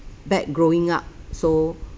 bad growing up so